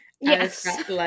Yes